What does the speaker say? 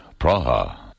Praha